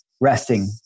resting